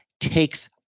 takes